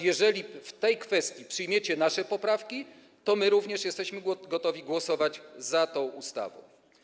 Jeżeli w tej kwestii przyjmiecie nasze poprawki, to my również jesteśmy gotowi głosować za tą ustawą.